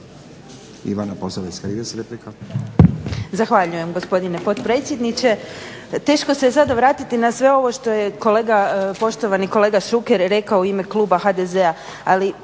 Ivana Posavec Krivec, replika.